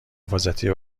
حفاظتی